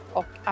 och